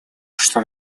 что